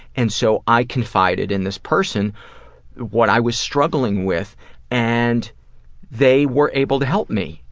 and so i confided in this person what i was struggling with and they were able to help me.